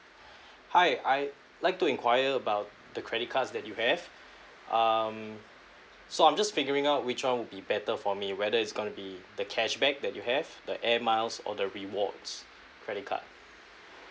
hi I like to enquire about the credit cards that you have um so I'm just figuring out which one would be better for me whether it's going to be the cashback that you have the air miles or the rewards credit card